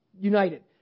united